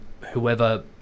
whoever